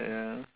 ya